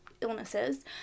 illnesses